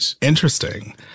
interesting